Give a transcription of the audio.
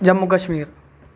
Jammu Kashmir